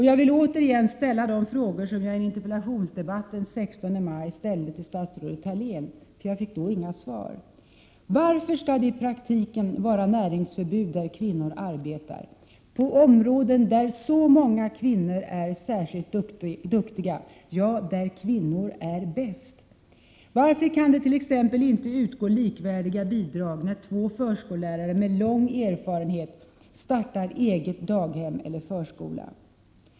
Jag vill återigen ställa de frågor som jag i en interpellationsdebatt den 16 maj ställde till statsrådet Thalén. Jag fick då inga svar: Varför skall det i praktiken vara näringsförbud där kvinnor arbetar, på områden där så många kvinnor är särskilt duktiga — ja, där kvinnor är bäst? Varför kan det t.ex. inte utgå likvärdiga bidrag när två förskollärare med lång erfarenhet startar eget daghem eller egen förskola?